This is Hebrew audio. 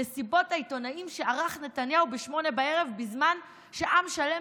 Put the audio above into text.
מסיבות העיתונאים שערך נתניהו ב-20:00 ערב בזמן שעם שלם